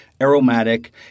aromatic